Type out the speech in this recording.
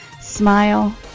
smile